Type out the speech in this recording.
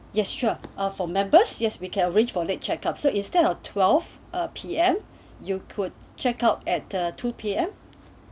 yes sure uh for members yes we can arrange for late check up so instead of twelve P_M you could check out at two P_M